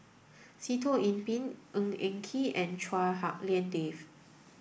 Sitoh Yih Pin Ng Eng Kee and Chua Hak Lien Dave